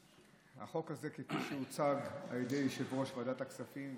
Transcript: החוק הזה כפי שהוצג על ידי יושב-ראש ועדת הכספים,